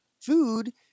food